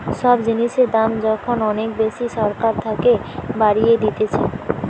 সব জিনিসের দাম যখন অনেক বেশি সরকার থাকে বাড়িয়ে দিতেছে